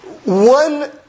one